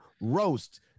ROAST